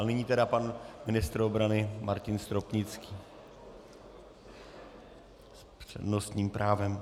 Nyní tedy ministr obrany Martin Stropnický s přednostním právem.